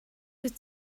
dwyt